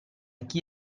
chi